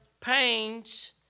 pains